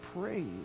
praise